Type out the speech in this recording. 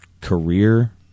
career